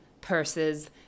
purses